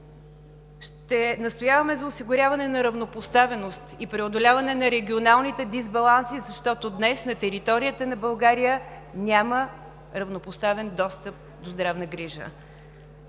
Ще настояваме за осигуряване на равнопоставеност и преодоляване на регионалните дисбаланси, защото днес на територията на България няма равнопоставен достъп до здравна грижа.